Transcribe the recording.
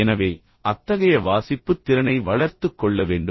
எனவே அத்தகைய வாசிப்புத் திறனை வளர்த்துக் கொள்ள வேண்டும்